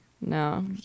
No